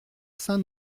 saint